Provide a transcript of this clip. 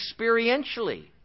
experientially